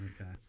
Okay